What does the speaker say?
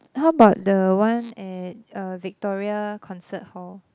how about the one at uh Victoria Concert Hall